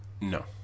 No